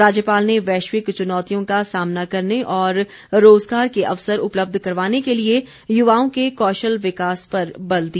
राज्यपाल ने वैश्विक चुनौतियों का सामना करने और रोज़गार के अवसर उपलब्ध करवाने के लिए युवाओं के कौशल विकास पर बल दिया